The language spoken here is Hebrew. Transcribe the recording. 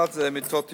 אחד זה מיטות אשפוז,